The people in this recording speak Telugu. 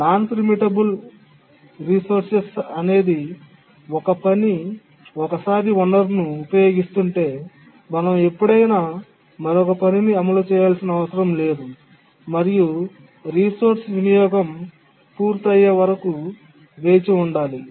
నాన్ ప్రీమిటబుల్ రిసోర్స్ అనేది ఒక పని ఒకసారి వనరును ఉపయోగిస్తుంటే మనం ఎప్పుడైనా మరొక పనిని అమలు చేయాల్సిన అవసరం లేదు మరియు రిసోర్స్ వినియోగం పూర్తయ్యే వరకు వేచి ఉండాలి